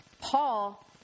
Paul